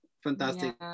Fantastic